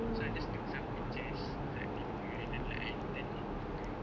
so I just took some pictures of like people and then like I edited it into the